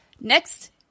next –